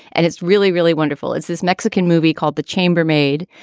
and it's really, really wonderful. it's this mexican movie called the chambermaid.